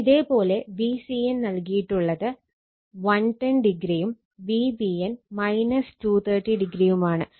ഇനി ഇതേ പോലെ Vcn നൽകിയിട്ടുള്ളത് 110o യും Vbn 230o യുമാണ്